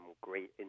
great